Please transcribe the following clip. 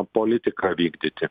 politiką vykdyti